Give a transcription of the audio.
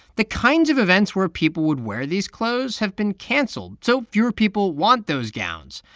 the kinds of events where people would wear these clothes have been cancelled, so fewer people want those gowns.